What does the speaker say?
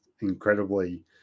incredibly